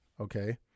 Okay